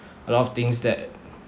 a lot of things that